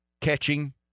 catching